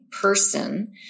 person